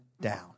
down